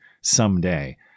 someday